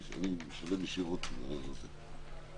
תודה.